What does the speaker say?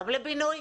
גם לבינוי,